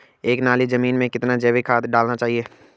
एक नाली जमीन में कितना जैविक खाद डालना चाहिए?